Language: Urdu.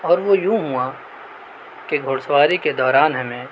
اور وہ یوں ہوا کہ گھوڑسواری کے دوران ہمیں